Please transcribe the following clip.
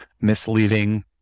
misleading